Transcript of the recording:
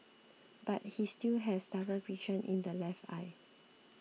but he still has double vision in the left eye